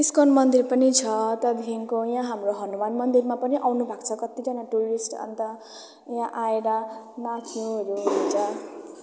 इस्कन मन्दिर पनि छ त्यहाँदेखिको यहाँ हाम्रो हनुमान मन्दिरमा पनि आउनु भाक्छ कत्तिजना टुरिस्ट अन्त यहाँ आएर नाच्नेहरू हुन्छ